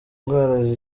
indwara